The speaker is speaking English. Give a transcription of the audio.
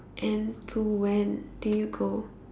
and to when do you go